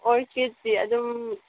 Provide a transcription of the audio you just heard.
ꯑꯣꯔꯀꯤꯠꯇꯤ ꯑꯗꯨꯝ